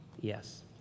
yes